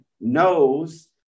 knows